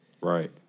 right